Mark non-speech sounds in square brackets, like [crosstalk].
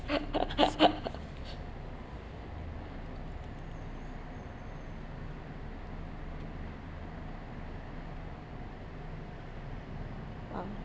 [laughs]